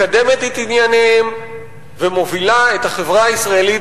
מקדמת את ענייניהם ומובילה את החברה הישראלית